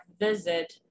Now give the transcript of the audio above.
Visit